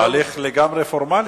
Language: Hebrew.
ההליך לגמרי פורמלי,